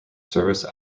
service